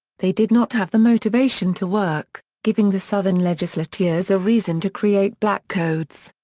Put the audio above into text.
they did not have the motivation to work, giving the southern legislatures a reason to create black codes.